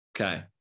Okay